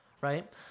right